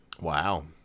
Wow